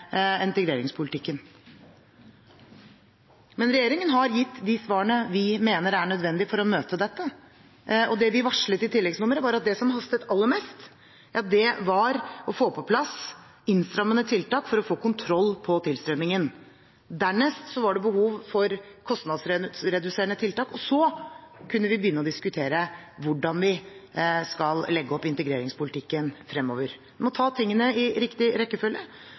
integreringspolitikken. Men regjeringen har gitt de svarene vi mener er nødvendig for å møte dette. Det vi varslet i tilleggsnummeret, var at det som hastet aller mest, var å få på plass innstrammende tiltak for å få kontroll på tilstrømmingen, dernest behovet for kostnadsreduserende tiltak – og så kunne vi begynne å diskutere hvordan vi skal legge opp integreringspolitikken fremover. Vi må ta tingene i riktig rekkefølge.